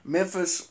Memphis